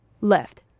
Left